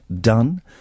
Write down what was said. done